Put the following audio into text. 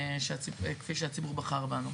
כפי שהציבור בחר בנו.